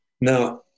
Now